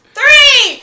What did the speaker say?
three